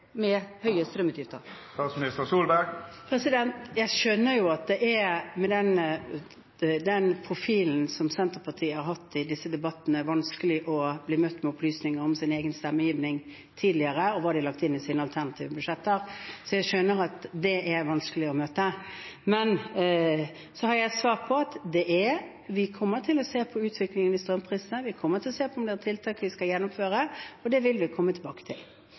Jeg skjønner jo at det, med den profilen Senterpartiet har hatt i disse debattene, er vanskelig å bli møtt med opplysninger om sin egen tidligere stemmegivning og hva de har lagt inn i sine alternative budsjetter. Jeg skjønner at det er vanskelig å møte. Jeg har svart at vi kommer til å se på utviklingen i strømprisene. Vi kommer til å se på om det er tiltak vi skal gjennomføre. Det vil vi komme tilbake til.